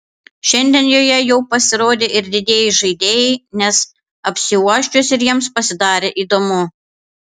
šiandien joje jau pasirodė ir didieji žaidėjai nes apsiuosčius ir jiems pasidarė įdomu